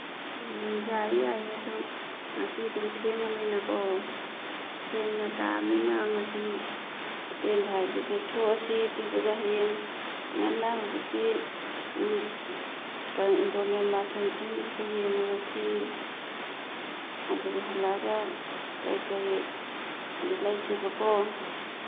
ꯎꯝ ꯌꯥꯏꯌꯦ ꯌꯥꯏꯌꯦ ꯑꯗꯨ ꯉꯁꯤꯗꯤ ꯊꯦꯡꯉꯕꯅꯤꯅꯀꯣ ꯊꯦꯡꯅ ꯇꯥꯔꯃꯤꯅ ꯉꯁꯤ ꯍꯣꯇꯦꯜꯗ ꯍꯥꯏꯐꯦꯠ ꯂꯦꯛꯊꯣꯛꯑꯁꯤ ꯑꯗꯨꯗꯨꯒ ꯍꯌꯦꯡ ꯉꯟꯅ ꯍꯧꯖꯤꯛꯀꯤ ꯏꯟꯗꯣ ꯃꯦꯟꯃꯥꯔ ꯐꯦꯟꯁꯤꯡꯗꯨꯁꯨ ꯌꯦꯡꯉꯨꯔꯁꯤ ꯑꯗꯨ ꯍꯜꯂꯛꯑꯒ ꯀꯔꯤ ꯀꯔꯤ ꯑꯃꯨꯛ ꯂꯩꯁꯤꯕꯀꯣ